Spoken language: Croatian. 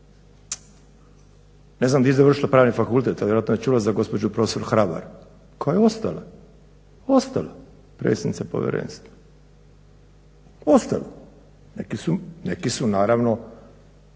Ne znam di je završila Pravni fakultet, ali vjerojatno je čula za gospođu profesor Hrabar koja je ostala, ostala predsjednica povjerenstva. Ostala, neki su naravno